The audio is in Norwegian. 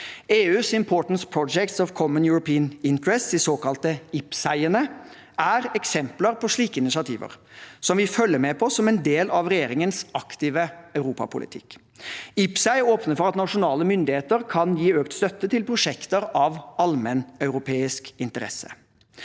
EUs Important Projects of Common European Interest, de såkalte IPCEIene, er eksempler på slike initiativer, som vi følger med på som en del av regjeringens aktive europapolitikk. IPCEI åpner for at nasjonale myndigheter kan gi økt støtte til prosjekter av allmenneuropeisk interesse.